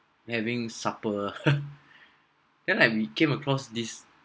having supper then like we came across this